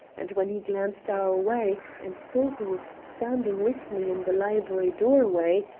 and when he glanced our way and saw who was standing with me in the library doorway,